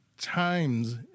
times